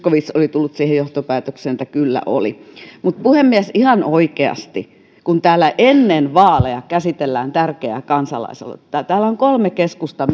oli tullut siihen johtopäätökseen että kyllä oli mutta puhemies ihan oikeasti kun täällä ennen vaaleja käsitellään tärkeää kansalais aloitetta täällä on kolme keskustan